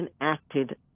enacted